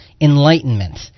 enlightenment